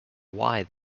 why